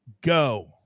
go